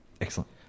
Excellent